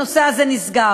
הנושא הזה נסגר.